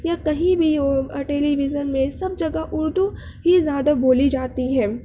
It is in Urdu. یا کہیں بھی ہو ٹیلی وژن میں سب جگہ اردو ہی زیادہ بولی جاتی ہے